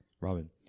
Robin